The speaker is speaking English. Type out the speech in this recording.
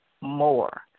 more